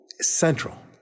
central